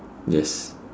yes